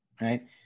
right